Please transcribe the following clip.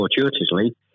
fortuitously